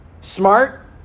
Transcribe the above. Smart